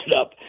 up